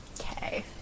Okay